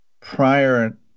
prior